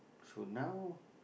so now